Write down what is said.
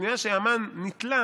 בשנייה שהמן נתלה